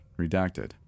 Redacted